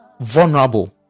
vulnerable